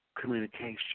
communication